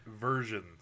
versions